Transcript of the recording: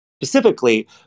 specifically